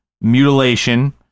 mutilation